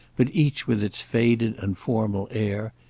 but each with its faded and formal air,